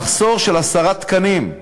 מחסור של עשרה תקנים.